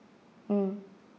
mm